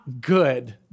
good